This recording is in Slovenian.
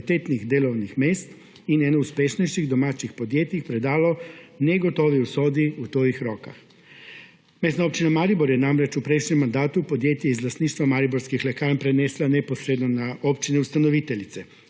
in eno uspešnejših domačih podjetij predalo negotovi usodi v tujih rokah. Mestna občina Maribor je namreč v prejšnjem mandatu podjetje iz lastništva Mariborske lekarne prenesla neposredno na občine ustanoviteljice,